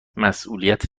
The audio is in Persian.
مسئولیت